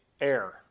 air